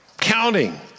counting